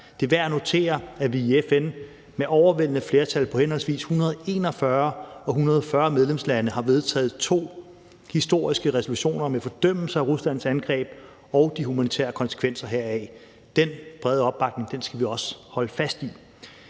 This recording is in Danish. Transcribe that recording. Det er værd at notere, at vi i FN med overvældende flertal på henholdsvis 141 og 140 medlemslande har vedtaget to historiske resolutioner med fordømmelse af Ruslands angreb og de humanitære konsekvenser heraf. Den brede opbakning skal vi også holde fast i.